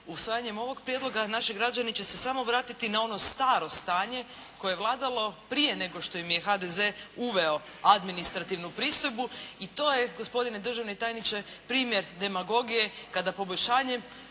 usvajanjem ovoga prijedloga naši građani će se samo vratiti na ono staro stanje koje je vladalo prije nego što im je HDZ uveo administrativnu pristojbu i to je gospodine državni tajniče primjer demagogije kada poboljšanjem